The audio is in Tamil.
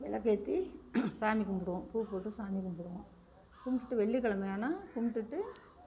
விளக்கேற்றி சாமி கும்பிடுவோம் பூ போட்டு சாமி கும்பிடுவோம் கும்பிட்டுட்டு வெள்ளிக்கெழமையானா கும்பிட்டுட்டு